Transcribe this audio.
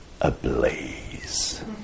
ablaze